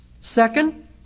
Second